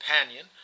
companion